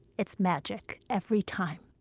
it's magic every time.